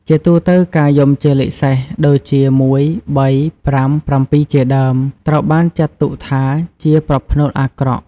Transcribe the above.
ជាទូទៅការយំជាលេខសេស ដូចជា ១, ៣, ៥, ៧ ជាដើម ត្រូវបានចាត់ទុកថាជាប្រផ្នូលអាក្រក់។